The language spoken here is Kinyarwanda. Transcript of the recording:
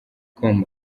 com